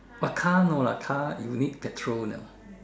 oh car no lah car you need petrol you know